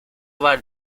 var